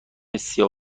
سیاه